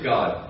God